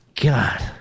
God